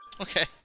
Okay